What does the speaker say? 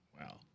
Wow